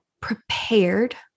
prepared